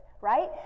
right